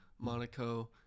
Monaco